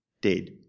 dead